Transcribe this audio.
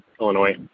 Illinois